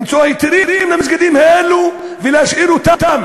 למצוא היתרים למסגדים האלה ולהשאיר אותם